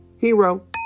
Hero